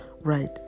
right